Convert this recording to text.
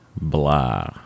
blah